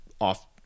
off